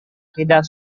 tidak